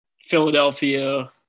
Philadelphia